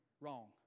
wrong